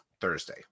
Thursday